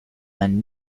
ein